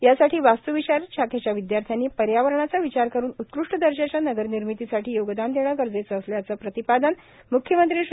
यासाठी वास्त्विशारद शाखेच्या विद्यार्थ्यांनी पर्यावरणाचा विचार करुन उत्कृष्ट दर्जाच्या नगर निर्मितीसाठी योगदान देणे गरजेचे असल्याचे प्रतिपादन म्ख्यमंत्री श्री